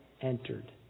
entered